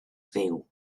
fyw